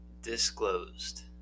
disclosed